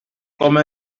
comme